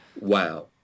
Wow